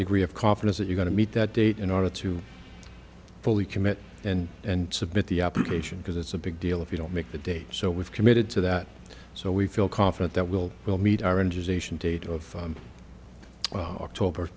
degree of confidence that you've got to meet that date in order to fully commit and and submit the application because it's a big deal if you don't make the date so we've committed to that so we feel confident that we'll we'll meet our injuries ation date of october